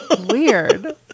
Weird